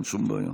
אין שום בעיה.